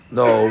no